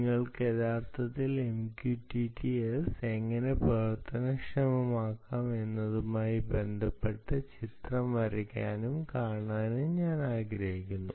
നിങ്ങൾക്ക് യഥാർത്ഥത്തിൽ MQTT S എങ്ങനെ പ്രവർത്തനക്ഷമമാക്കാം എന്നതുമായി ബന്ധപ്പെട്ട ചിത്രം വരയ്ക്കാനും കാണിക്കാനും ഞാൻ ആഗ്രഹിക്കുന്നു